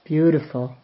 Beautiful